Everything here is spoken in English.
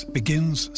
begins